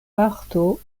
parto